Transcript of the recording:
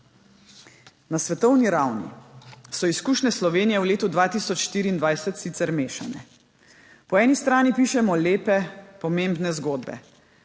Na svetovni ravni so izkušnje Slovenije v letu 2024 sicer mešane. Po eni strani pišemo lepe, pomembne zgodbe.